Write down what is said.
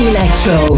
Electro